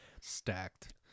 stacked